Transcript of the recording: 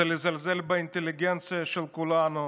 זה לזלזל באינטליגנציה של כולנו